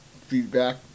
feedback